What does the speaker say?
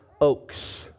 oaks